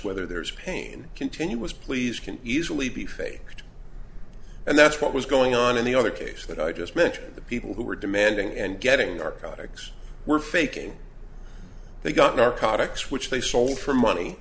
whether there's pain continuous please can easily be faked and that's what was going on in the other case that i just mentioned the people who were demanding and getting our products were faking they got narcotics which they sold for money